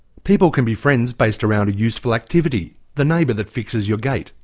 people can be friends based around a useful activity the neighbour that fixes your gate,